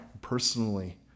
personally